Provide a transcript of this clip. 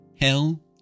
Hell